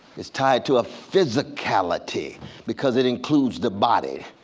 it's tied to a physicality because it includes the body.